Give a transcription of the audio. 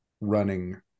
running